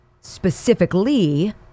specifically